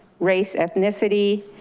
race, ethnicity,